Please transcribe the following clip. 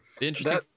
interesting